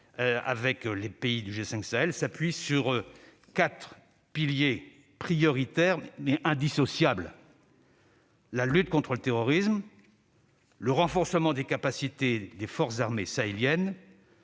avec les pays du G5 Sahel, s'appuie sur quatre piliers prioritaires, mais indissociables : la lutte contre le terrorisme ; le renforcement des capacités des forces armées sahéliennes